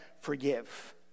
forgive